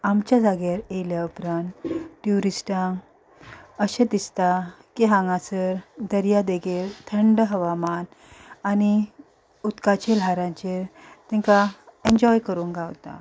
आमच्या जाग्यार येयल्या उपरान ट्युरिस्टां अशें दिसता की हांगासर दर्या देगेर थंड हवामान आनी उदकाची ल्हारांचेर तेंकां एन्जॉय करूंक गावता